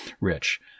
rich